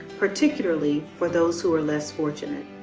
particularly for those who are less fortunate.